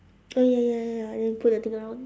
ya ya ya ya then you put the thing around